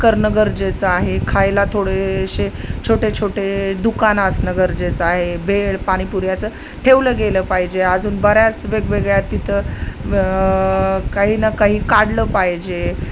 करणं गरजेचं आहे खायला थोडेसे छोटे छोटे दुकान असणं गरजेचं आहे भेळ पानीपुरी असं ठेवलं गेलं पाहिजे अजून बऱ्याच वेगवेगळ्या तिथं काही ना काही काढलं पाहिजे